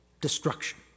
destruction